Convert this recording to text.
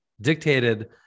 dictated